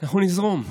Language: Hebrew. אנחנו נזרום.